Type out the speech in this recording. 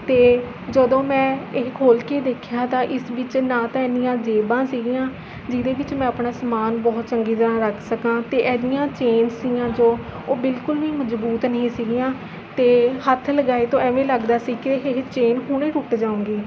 ਅਤੇ ਜਦੋਂ ਮੈਂ ਇਹ ਖੋਲ ਕੇ ਦੇਖਿਆ ਤਾਂ ਇਸ ਵਿੱਚ ਨਾ ਤਾਂ ਐਨੀਆਂ ਜੇਬਾਂ ਸੀਗੀਆਂ ਜਿਹਦੇ ਵਿੱਚ ਮੈਂ ਆਪਣਾ ਸਮਾਨ ਬਹੁਤ ਚੰਗੀ ਤਰ੍ਹਾਂ ਰੱਖ ਸਕਾ ਅਤੇ ਇਹਦੀਆਂ ਚੇਨਸ ਤੀਆ ਜੋ ਉਹ ਬਿਲਕੁੱਲ ਵੀ ਮਜ਼ਬੂਤ ਨਹੀਂ ਸੀਗੀਆਂ ਅਤੇ ਹੱਥ ਲਗਾਏ ਤੋਂ ਐਂਵੇ ਲੱਗਦਾ ਸੀ ਕਿ ਇਹ ਚੇਨ ਹੁਣੇ ਟੁੱਟ ਜਾਊਗੀ